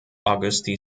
auguste